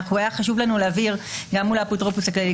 היה חשוב לנו להבהיר ולהדגיש גם מול האפוטרופוס הכללי,